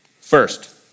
First